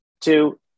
Two